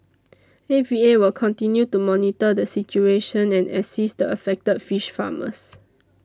A V A will continue to monitor the situation and assist the affected fish farmers